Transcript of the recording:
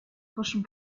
frischem